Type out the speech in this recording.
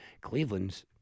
Cleveland's